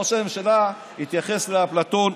ראש הממשלה התייחס לאפלטון,